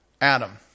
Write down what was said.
Adam